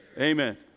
Amen